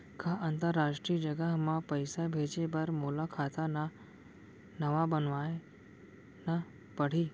का अंतरराष्ट्रीय जगह म पइसा भेजे बर मोला खाता ल नवा बनवाना पड़ही?